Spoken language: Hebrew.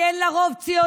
כי אין לה רוב ציוני,